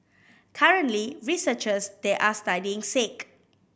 currently researchers there are studying sake